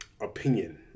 opinion